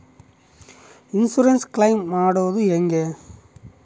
Insurance claim ಮಾಡದು ಹೆಂಗೆ?